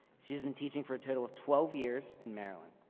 she has been teaching for a total of twelve years in maryland.